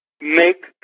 make